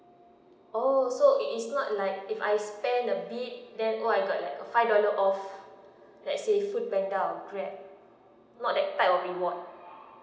orh so it is not like if I spend a bit then all I got like a five dollar off let's say FoodPanda or Grab not that type of reward